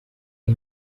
aya